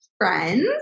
friends